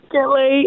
Kelly